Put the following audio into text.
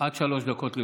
עד שלוש דקות לרשותך.